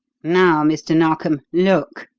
now, mr. narkom, look!